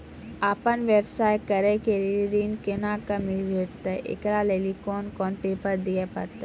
आपन व्यवसाय करै के लेल ऋण कुना के भेंटते एकरा लेल कौन कौन पेपर दिए परतै?